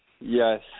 Yes